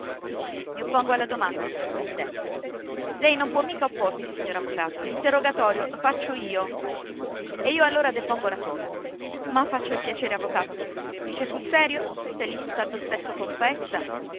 i oppongo alla domanda signor presidente lei non può mica opporsi signor avvocato l'interrogatorio lo faccio io e io allora depongo la toga ma faccia il piacere avvocato dice sul serio se l'imputato stesso confessa